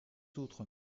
autres